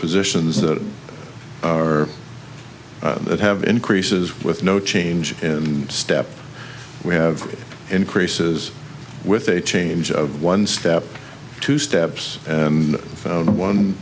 positions that are that have increases with no change in step we have increases with a change of one step two steps and one one